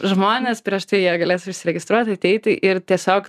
žmones prieš tai jie galės užsiregistruoti ateiti ir tiesiog